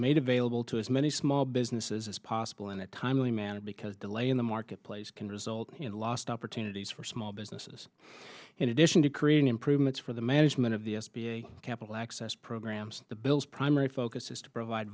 made available to as many small businesses as possible in a timely manner because delay in the marketplace can result lost opportunities for small businesses in addition to creating improvements for the management of the s b a capital access programs the bill's primary focus is to provide